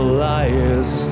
liar's